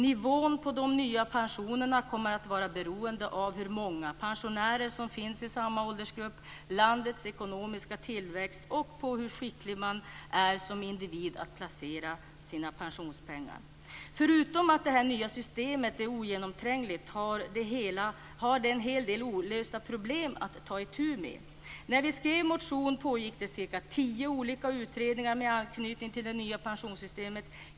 Nivån på de nya pensionerna kommer att bero på hur många pensionärer som finns i samma åldersgrupp, landets ekonomiska tillväxt och på hur skicklig man är som individ på att placera sina pensionspengar. Förutom att det nya systemet är ogenomträngligt innehåller det en hel del olösta problem att ta itu med. När vi skrev vår motion pågick det cirka tio olika utredningar med anknytning till det nya pensionssystemet.